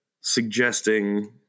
suggesting